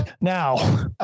Now